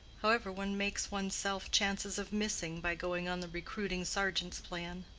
however, one makes one's self chances of missing by going on the recruiting sergeant's plan.